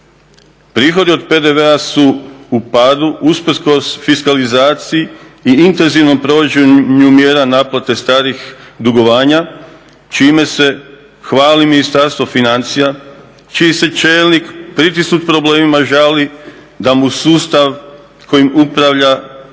Prihodi od PDV-a su u padu usprkos fiskalizaciji i intenzivnom provođenju mjera naplate starih dugovanja, čime se hvali Ministarstvo financija čiji se čelnik pritisnut problemima žali da mu sustav kojim upravlja ne